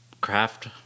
craft